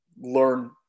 learn